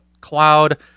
cloud